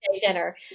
dinner